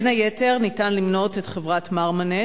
בין היתר ניתן למנות את חברת "מרמנת",